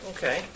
Okay